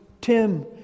Tim